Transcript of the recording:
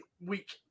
week